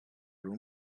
room